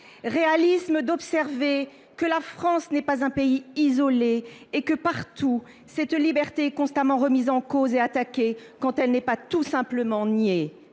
Réalisme d’observer que la France n’est pas un pays isolé et que, partout, cette liberté est constamment remise en cause et attaquée, quand elle n’est pas tout simplement niée.